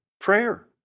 prayer